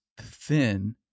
thin